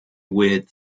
weird